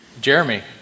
Jeremy